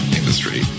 industry